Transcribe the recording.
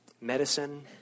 medicine